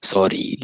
Sorry